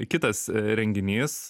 kitas a renginys